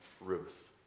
Ruth